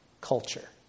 culture